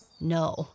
No